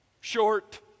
short